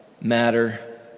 matter